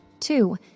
Two